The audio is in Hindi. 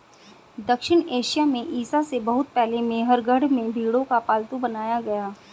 दक्षिण एशिया में ईसा से बहुत पहले मेहरगढ़ में भेंड़ों को पालतू बनाया गया